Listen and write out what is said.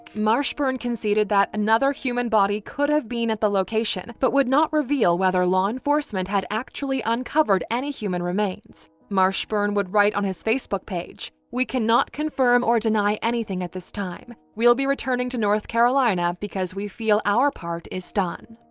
marshburn conceded that another human body could have been at the location but would not reveal whether law enforcement had actually uncovered any human remains. mashburn would write on his facebook page we can not confirm or deny anything at this time! we will be returning to north carolina because we feel our part is done.